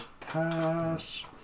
pass